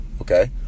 okay